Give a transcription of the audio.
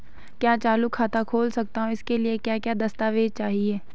क्या मैं चालू खाता खोल सकता हूँ इसके लिए क्या क्या दस्तावेज़ चाहिए?